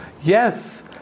yes